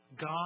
God